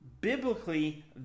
Biblically